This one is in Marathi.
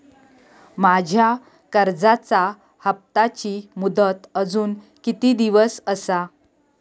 माझ्या कर्जाचा हप्ताची मुदत अजून किती दिवस असा?